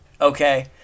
okay